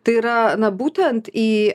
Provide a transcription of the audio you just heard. tai yra na būtent į